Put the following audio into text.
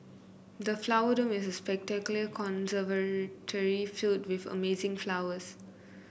the Flower Dome is a spectacular conservatory filled with amazing flowers